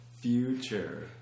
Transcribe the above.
Future